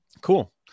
Cool